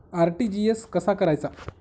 RTGS कसा करायचा?